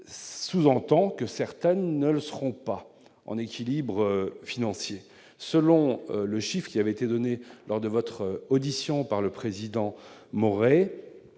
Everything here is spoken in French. sous-entend que certaines d'entre elles ne seront pas en équilibre financier. Selon le chiffre qui avait été donné lors de votre audition par M. Maurey,